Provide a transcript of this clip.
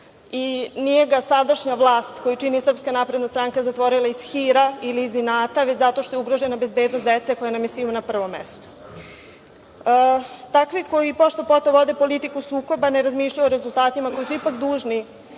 i nije ga dosadašnja vlast koju čini SNS zatvorila iz hira ili iz inata, već zato što je ugrožena bezbednost dece, koja nam je svima na prvom mestu. Takvi koji pošto-poto vode politiku sukoba ne razmišljaju o rezultatima, koji su ipak dužni